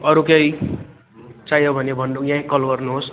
अरू केही चाहियो भने भन्नु यहीँ कल गर्नुहोस्